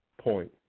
point